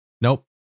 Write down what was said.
nope